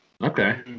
Okay